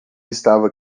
estava